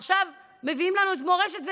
עכשיו מביאים לנו מורשת?